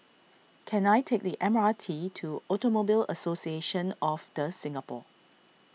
can I take the M R T to Automobile Association of the Singapore